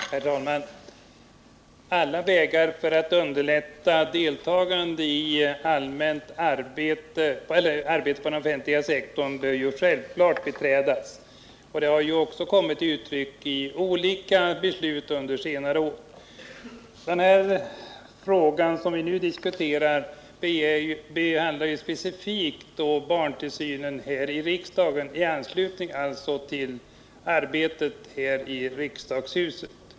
Herr talman! Alla vägar för att underlätta deltagande i arbete inom den offentliga sektorn bör självfallet beträdas, och det har också kommit till uttryck i olika beslut under senare år. Den fråga vi nu diskuterar gäller specifikt barntillsynen här i riksdagen i anslutning till arbetet i riksdagshuset.